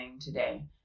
today